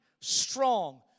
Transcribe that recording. strong